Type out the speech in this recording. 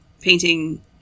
painting